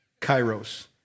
Kairos